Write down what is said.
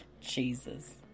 Jesus